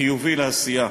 חיובי בעשייה.